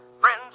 Friends